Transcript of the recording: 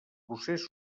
processos